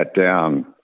down